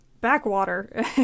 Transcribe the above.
backwater